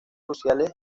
sociales